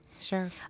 sure